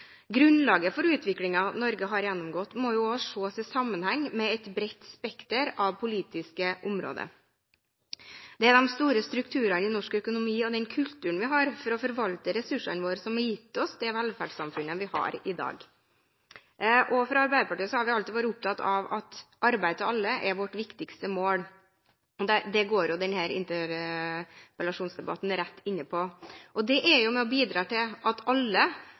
gjennomgått, må også ses i sammenheng med et bredt spekter av politiske områder. Det er de store strukturene i norsk økonomi og den kulturen vi har for å forvalte ressursene våre, som har gitt oss det velferdssamfunnet vi har i dag. Arbeiderpartiet har alltid vært opptatt av arbeid til alle – det er vårt viktigste mål. Det går denne interpellasjonsdebatten rett inn i. Det er med på å bidra til at alle